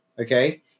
okay